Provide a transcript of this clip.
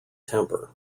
temper